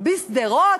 בשדרות,